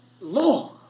law